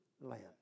land